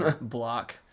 Block